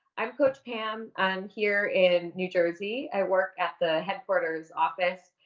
i'm coach pam um here in new jersey. i work at the headquarters office,